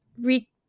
re